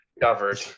Covered